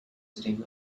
sitting